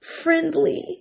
Friendly